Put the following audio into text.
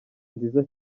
nziza